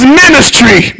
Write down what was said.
ministry